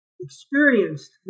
experienced